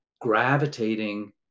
gravitating